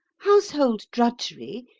household drudgery,